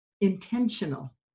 intentional